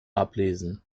ablesen